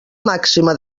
màxima